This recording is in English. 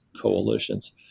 coalitions